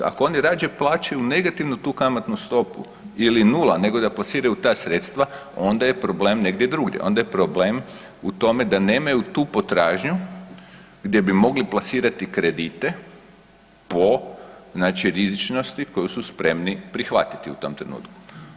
Ako oni rađe plaćaju negativnu tu kamatnu stopu ili nula nego da plasiraju ta sredstva onda je problem negdje drugdje, onda je problem u tome da nemaju tu potražnju gdje bi mogli plasirati kredite po znači rizičnosti koju su spremni prihvatiti u tom trenutku.